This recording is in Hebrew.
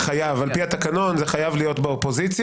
פי התקנון זה חייב להיות באופוזיציה.